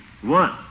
one